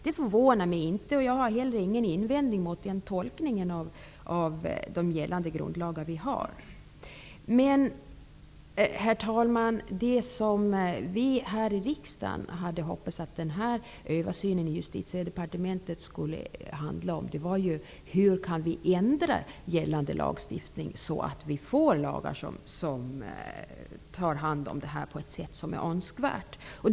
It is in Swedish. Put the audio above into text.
Det förvånar mig inte, och jag har inte heller någon invändning mot den tolkningen av våra gällande grundlagar. Men, herr talman, det som vi här i riksdagen hade hoppats att översynen i Justitiedepartementet skulle handla om var hur gällande lagstiftning skulle kunna ändras så, att vi får lagar som behandlar detta på ett önskvärt sätt.